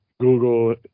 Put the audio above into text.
Google